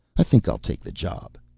i think i'll take the job.